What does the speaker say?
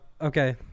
Okay